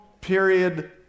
period